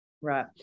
Right